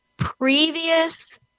previous